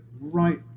right